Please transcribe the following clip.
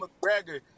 McGregor